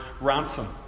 ransom